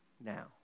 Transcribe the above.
now